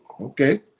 Okay